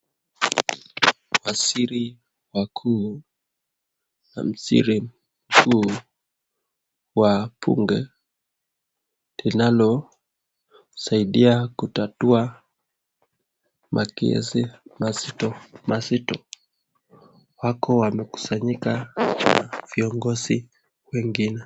Waziri wakuu na waziri mkuu wa bunge, tena linalo saidia kutatua makesi mazito mazito wako wamekusanyika na viongozi wengine.